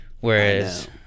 whereas